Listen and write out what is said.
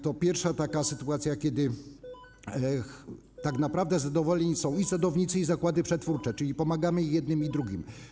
To pierwsza taka sytuacja, kiedy tak naprawdę zadowoleni są i sadownicy, i zakłady przetwórcze, czyli pomagamy i jednym, i drugim.